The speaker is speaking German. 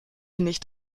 nicht